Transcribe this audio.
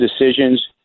decisions